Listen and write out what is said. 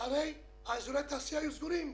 הרי אזורי התעשייה היו סגורים,